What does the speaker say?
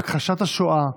הכחשת השואה,